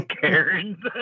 Karen